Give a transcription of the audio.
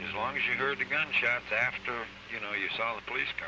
and long as you heard the gunshots after you know you saw the police